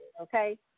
Okay